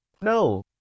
No